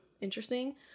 interesting